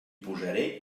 posaré